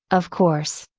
of course.